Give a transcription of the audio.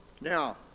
Now